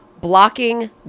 blocking